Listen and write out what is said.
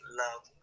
love